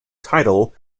title